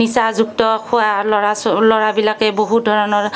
নিচাযুক্ত খোৱা ল'ৰা ছো ল'ৰাবিলাকে বহুত ধৰণৰ